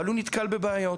אבל הוא נתקל בבעיות.